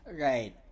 Right